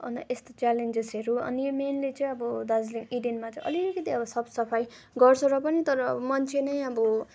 अन्त यस्तो च्यालेन्जेसहरू अनि मेन्ली चाहिँ अब दार्जिलिङ इडेनमा अलिकति अब साफ सफाइ गर्छ र पनि तर मान्छे नै अब